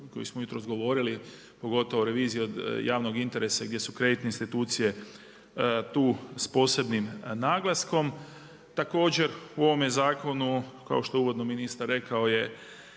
kojoj smo jutros govorili, pogotovo revizija od javnog interesa gdje su kreditne institucije tu s posebnim naglaskom. Također u ovome zakonu kao što je uvodno ministar rekao jedna